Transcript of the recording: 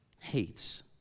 hates